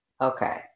Okay